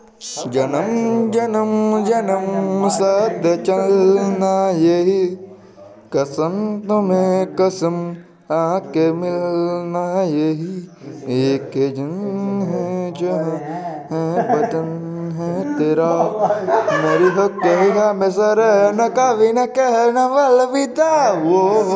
ফুল চাষের জন্য কিভাবে জলাসেচ পদ্ধতি কাজে লাগানো যাই?